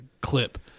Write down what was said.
clip